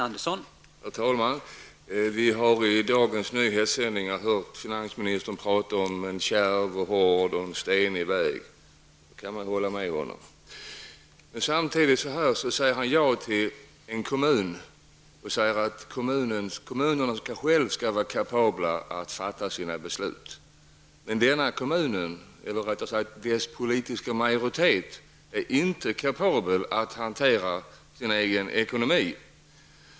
Herr talman! Vi har i dagens nyhetssändningar hört finansministern tala om en kärv, hård och stenig väg. I det talet kan man hålla med honom. Men samtidigt säger han i detta fall ja till en framställan från en kommun och framhåller att kommunerna själva är kapabla att fatta sina beslut. Den kommunens politiska majoritet är inte kapabel att hantera sin ekonomi.